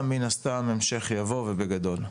מין הסתם המשך יבוא ובגדול,